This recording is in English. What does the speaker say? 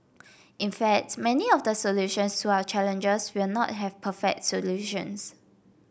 in fact many of the solutions to our challenges will not have perfect solutions